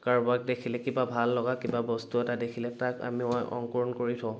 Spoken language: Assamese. কাৰোবাক দেখিলে কিবা ভাল লগা কিবা বস্তু এটা দেখিলে তাক আমি অংকুৰণ কৰি থওঁ